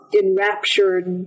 enraptured